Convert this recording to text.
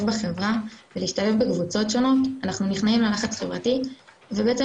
בחברה ולהשתלב בקבוצות שונות אנחנו נכנעים ללחץ חברתי ובעצם